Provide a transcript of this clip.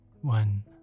one